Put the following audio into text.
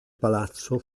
palazzo